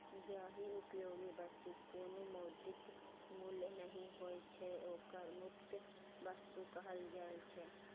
जाहि उपयोगी वस्तुक कोनो मौद्रिक मूल्य नहि होइ छै, ओकरा मुफ्त वस्तु कहल जाइ छै